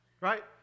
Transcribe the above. Right